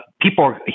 people